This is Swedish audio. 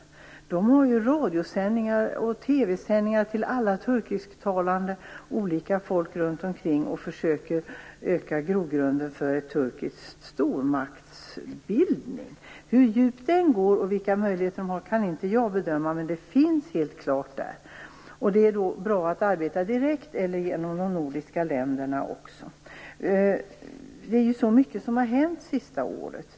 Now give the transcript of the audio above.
Turkiet har ju radio och TV sändningar till alla olika turkisktalande folk runt omkring för att försöka öka grogrunden för en turkisk stormaktsbildning. Hur djupt detta går, och vilka möjligheter de har, kan inte jag bedöma, men det finns helt klart där. Det är då bra att arbeta direkt eller genom de nordiska länderna. Det är mycket som har hänt de senaste åren.